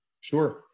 Sure